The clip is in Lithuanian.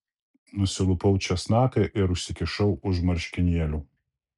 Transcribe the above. nusilupau česnaką ir užsikišau už marškinėlių